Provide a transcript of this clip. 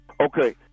Okay